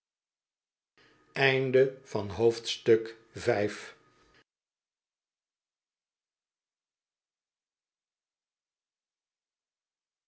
invloed van het